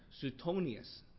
Suetonius